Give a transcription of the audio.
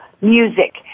music